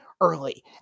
early